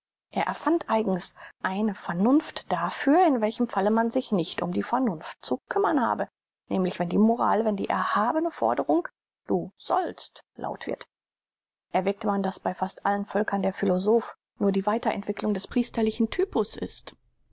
er erfand eigens eine vernunft dafür in welchem falle man sich nicht um die vernunft zu kümmern habe nämlich wenn die moral wenn die erhabne forderung du sollst laut wird erwägt man daß bei fast allen völkern der philosoph nur die weiterentwicklung des priesterlichen typus ist